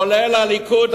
כולל הליכוד,